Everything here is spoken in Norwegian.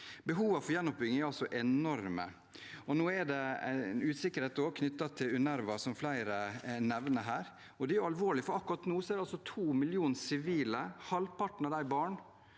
Behovene for gjenoppbygging er altså enorme, og nå er det også en usikkerhet knyttet til UNRWA, som flere nevner her. Det er alvorlig, for akkurat nå er det to millioner sivile, halvparten av dem barn,